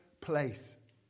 place